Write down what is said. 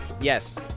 Yes